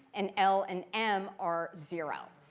and l and m are zero.